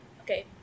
okay